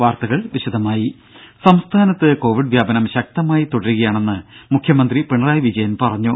വാർത്തകൾ വിശദമായി സംസ്ഥാനത്ത് കോവിഡ് വ്യാപനം ശക്തമായി തുടരുകയാണെന്ന് മുഖ്യമന്ത്രി പിണറായി വിജയൻ പറഞ്ഞു